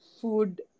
food